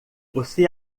você